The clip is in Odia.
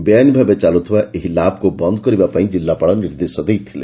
ବେଆଇନ୍ ଭାବେ ଚାଲୁଥିବା ଏହି ଲାବକୁ ବନ୍ଦ କରିବା ପାଇଁ ଜିଲ୍ଲାପାଳ ନିର୍ଦ୍ଦେଶ ଦେଇଥିଲେ